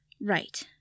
Right